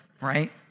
right